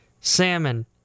salmon